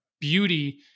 beauty